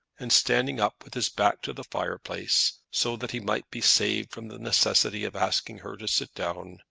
and standing up with his back to the fireplace, so that he might be saved from the necessity of asking her to sit down,